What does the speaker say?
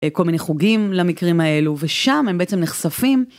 אה.. כל מיני חוגים למקרים האלו, ושם הם בעצם נחשפים.